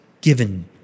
given